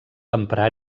emprar